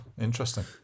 interesting